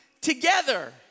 together